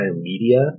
media